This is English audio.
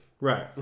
right